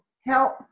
help